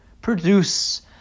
produce